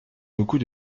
beaucoup